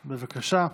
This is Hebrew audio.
בבקשה.